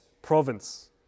province